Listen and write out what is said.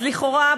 אז לכאורה,